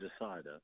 decider